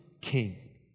king